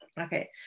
Okay